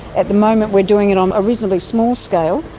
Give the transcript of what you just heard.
at the moment we're doing it on a reasonably small scale,